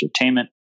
Entertainment